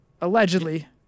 Allegedly